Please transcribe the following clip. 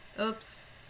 Oops